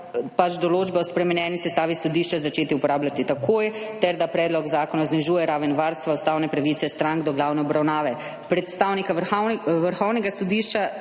določbe o spremenjeni sestavi sodišča začeti uporabljati takoj ter da predlog zakona znižuje raven varstva ustavne pravice strank do glavne obravnave. Predstavnika Vrhovnega sodišča